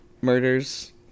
murders